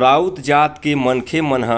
राउत जात के मनखे मन ह